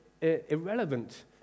irrelevant